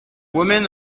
women